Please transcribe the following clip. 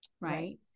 right